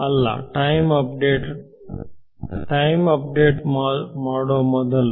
ಅಲ್ಲ time update ಮಾಡುವ ಮೊದಲು